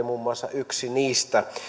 muun muassa kotka oli yksi niistä